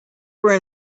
were